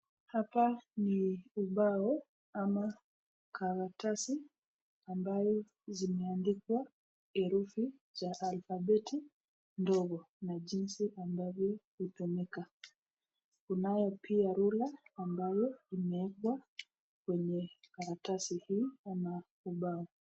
Hapa ni obao ama k karatazi ambao zimeandikwa herufi za alfbabeti ndo na jinzi ambo utumika , tunao pia rula ambayo imewekwa kwenye karatasi hii ama ubao.